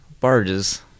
Barges